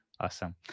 awesome